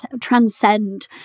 transcend